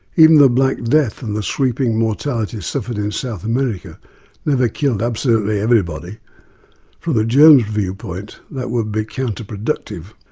even the black death and the sweeping mortality suffered in south america never killed absolutely everybody from the germ's viewpoint that would be counterproductive.